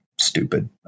Stupid